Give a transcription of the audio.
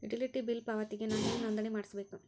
Utility bill ಪಾವತಿಗೆ ನಾ ಹೆಂಗ್ ನೋಂದಣಿ ಮಾಡ್ಸಬೇಕು?